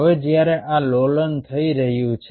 હવે જ્યારે આ લોલન થઈ રહ્યું છે